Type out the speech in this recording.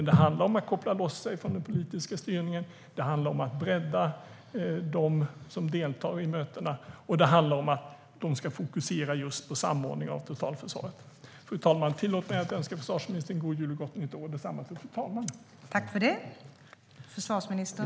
Det handlar om att koppla loss det från den politiska styrningen, få större bredd bland dem som deltar i mötena och få dem att fokusera just på samordning av totalförsvaret. Fru talman! Tillåt mig att önska försvarsministern god jul och gott nytt år, och detsamma till fru talmannen!